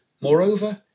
Moreover